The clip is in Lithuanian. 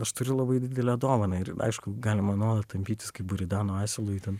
aš turiu labai didelę dovaną ir aišku galima nuolat tampytis kaip buridano asilui ten